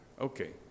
Okay